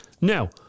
Now